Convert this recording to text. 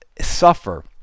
suffer